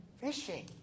fishing